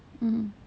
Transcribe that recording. mmhmm